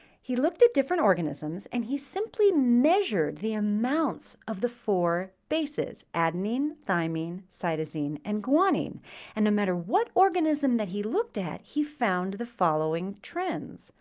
he looked at different organisms, and he simply measured the amounts of the four bases adenine, thymine, cytosine, and guanine and no matter what organism that he looked at, he found the following trends.